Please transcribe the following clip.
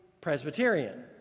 Presbyterian